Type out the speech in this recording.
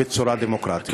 בצורה דמוקרטית.